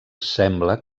sembla